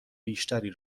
بیشتری